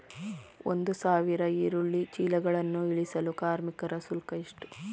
ಒಂದು ಸಾವಿರ ಈರುಳ್ಳಿ ಚೀಲಗಳನ್ನು ಇಳಿಸಲು ಕಾರ್ಮಿಕರ ಶುಲ್ಕ ಎಷ್ಟು?